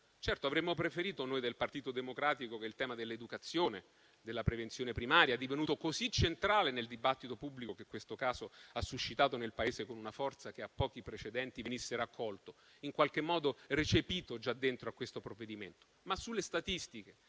certo bisogno. Certo, noi del Partito Democratico avremmo preferito che il tema dell'educazione, della prevenzione primaria, divenuto così centrale nel dibattito pubblico che questo caso ha suscitato nel Paese con una forza che ha pochi precedenti, venisse raccolto e, in qualche modo, recepito già dentro questo provvedimento.